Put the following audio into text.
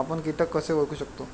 आपण कीटक कसे ओळखू शकतो?